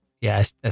yes